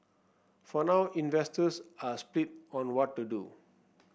for now investors are split on what to do